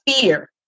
fear